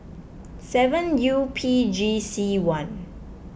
seven U P G C one